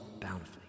bountifully